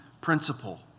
principle